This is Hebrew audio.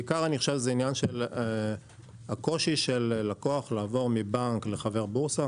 בעיקר אני חושב זה עניין של הקושי של לקוח לעבור מבנק לחבר בורסה,